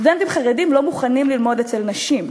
סטודנטים חרדים לא מוכנים ללמוד אצל נשים,